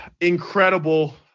Incredible